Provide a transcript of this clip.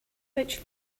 which